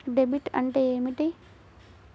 Debit అంటే ఏమిటి?